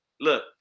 look